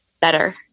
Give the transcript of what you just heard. better